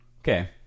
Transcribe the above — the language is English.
Okay